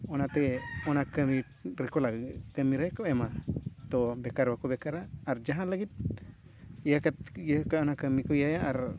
ᱚᱱᱟᱛᱮ ᱚᱱᱟ ᱠᱟᱹᱢᱤ ᱨᱮᱠᱚ ᱞᱟᱜᱟᱣ ᱠᱟᱹᱢᱤ ᱨᱮᱠᱚ ᱮᱢᱟ ᱛᱳ ᱵᱮᱠᱟᱨ ᱵᱟᱠᱚ ᱵᱮᱠᱟᱨᱟ ᱟᱨ ᱡᱟᱦᱟᱸ ᱞᱟᱹᱜᱤᱫ ᱤᱭᱟᱹ ᱠᱟᱛᱮᱫ ᱜᱮ ᱤᱭᱟᱹ ᱠᱟᱜᱼᱟ ᱚᱱᱟ ᱠᱟᱹᱢᱤ ᱠᱚ ᱤᱭᱟᱹᱭᱟ ᱟᱨ